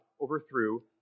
overthrew